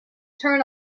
turn